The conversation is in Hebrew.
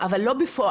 אבל לא בפועל.